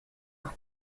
auch